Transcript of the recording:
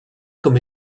comme